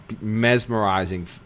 mesmerizing